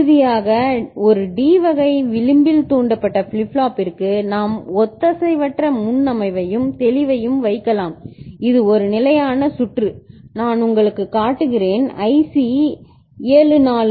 இறுதியாக ஒரு D வகை விளிம்பில் தூண்டப்பட்ட ஃபிளிப் ஃப்ளாப்பிற்கு நாம் ஒத்திசைவற்ற முன்னமைவையும் தெளிவையும் வைக்கலாம் இது ஒரு நிலையான சுற்று நான் உங்களுக்குக் காட்டுகிறேன் IC7474